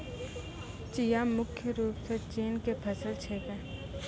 चिया मुख्य रूप सॅ चीन के फसल छेकै